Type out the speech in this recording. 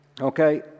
Okay